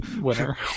winner